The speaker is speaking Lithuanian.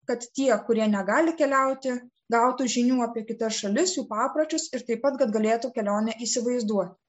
kad tie kurie negali keliauti gautų žinių apie kitas šalis jų papročius ir taip pat kad galėtų kelionę įsivaizduot